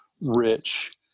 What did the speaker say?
rich